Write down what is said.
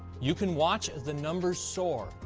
you can watch as the number soars.